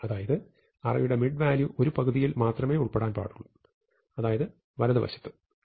അതായത് അറേയുടെ mid value ഒരു പകുതിയിൽ മാത്രമേ ഉൾപ്പെടാൻ പാടുള്ളൂ അതായത് വലതുവശത്ത് സമയം കാണുക 13